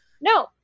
No